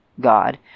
god